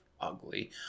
ugly